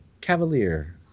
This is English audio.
Cavalier